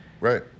Right